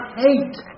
hate